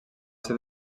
ser